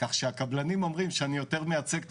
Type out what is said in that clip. כך שהקבלנים אומרים שאני יותר מייצג את